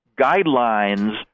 guidelines